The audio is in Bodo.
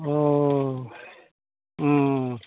अ अ